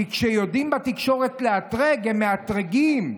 כי כשיודעים בתקשורת לאתרג, הם מאתרגים.